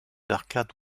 arcades